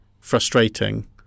frustrating